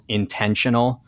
intentional